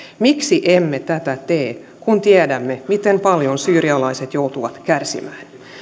miksi emme tätä tee kun tiedämme miten paljon syyrialaiset joutuvat kärsimään